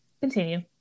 continue